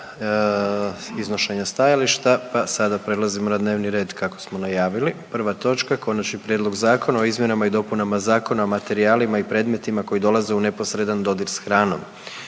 Gordan (HDZ)** Pa sada prelazimo na dnevni red kako smo najavili. Prva točka, - Konačni prijedlog zakona o Izmjenama i dopunama Zakona o materijalima i predmetima koji dolaze u neposredan dodir s hranom.